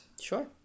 Sure